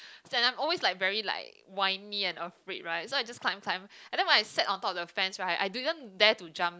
and I'm always like very like whiny and afraid right so I just climb climb and then when I sat on top of the fence right I didn't dare to jump